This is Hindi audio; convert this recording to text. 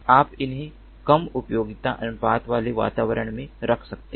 आप उन्हें कम उपयोगिता अनुपात वाले वातावरण में रख सकते हैं